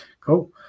Cool